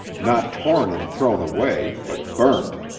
not torn and thrown away, but burnt.